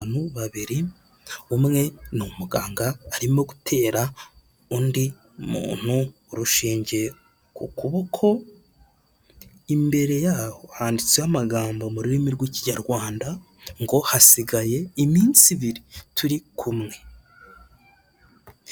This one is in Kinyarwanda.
Abantu babiri umwe ni umuganga arimo gutera undi muntu urushinge ku kuboko, imbere yaho handitseho amagambo ari mu rurimi rw'ikinyarwanda ngo "Hasigaye iminsi ibiri turi kumwe."